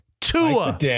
Tua